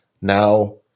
Now